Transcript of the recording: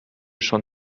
schon